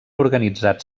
organitzat